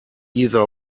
either